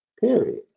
Period